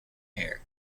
hair